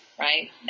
right